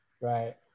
Right